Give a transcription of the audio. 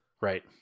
Right